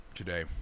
today